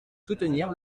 soutenir